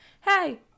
hey